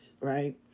right